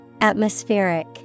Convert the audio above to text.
Atmospheric